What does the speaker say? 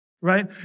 right